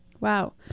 Wow